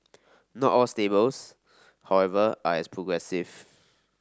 not all stables however are as progressive